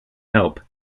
help